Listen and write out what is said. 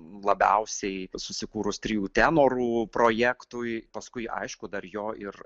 labiausiai susikūrus trijų tenorų projektui paskui aišku dar jo ir